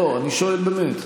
אני שואל באמת.